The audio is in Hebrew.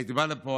הייתי בא לפה,